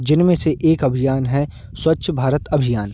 जिनमें से एक अभियान है स्वच्छ भारत अभियान